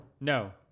No